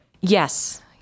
Yes